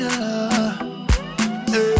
love